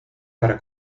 para